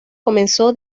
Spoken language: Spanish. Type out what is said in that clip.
comenzó